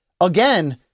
again